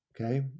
Okay